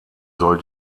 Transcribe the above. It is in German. soll